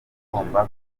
agomba